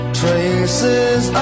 traces